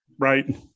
right